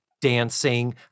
dancing